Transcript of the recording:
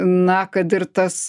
na kad ir tas